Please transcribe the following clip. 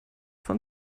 von